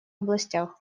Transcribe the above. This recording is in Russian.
областях